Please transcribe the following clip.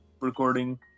recording